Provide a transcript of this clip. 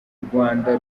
rwanda